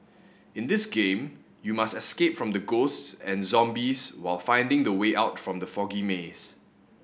in this game you must escape from the ghosts and zombies while finding the way out from the foggy maze